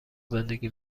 زندگی